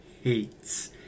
hates